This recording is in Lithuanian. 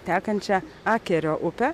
tekančią akerio upę